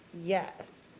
Yes